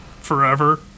forever